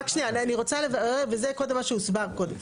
רק שנייה, אני רוצה לברר וזה קודם מה שהוסבר קודם.